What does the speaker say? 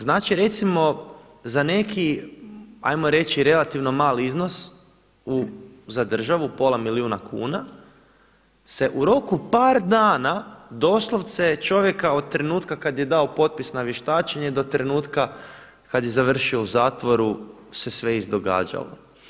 Znači recimo za neki ajmo reći relativno mal iznos za državu pola milijuna kuna, se u roku par dana doslovce čovjeka od trenutka kada je dao potpis na vještačenje do trenutka kada je završio u zatvoru se sve izdogađalo.